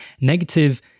negative